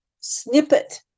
snippet